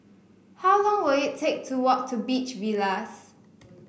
how long will it take to walk to Beach Villas